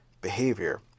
behavior